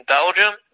Belgium